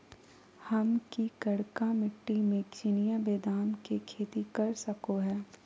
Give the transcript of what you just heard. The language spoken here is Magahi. हम की करका मिट्टी में चिनिया बेदाम के खेती कर सको है?